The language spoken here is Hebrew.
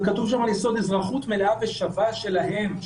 וכתוב שם על יסוד אזרחות מלאה ושווה שלהם,